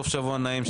סוף שבוע נעים.